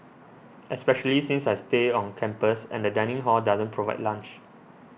especially since I stay on campus and the dining hall doesn't provide lunch